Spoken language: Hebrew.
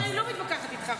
אבל אני לא מתווכחת איתך.